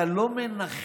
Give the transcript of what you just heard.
אתה לא מנחם,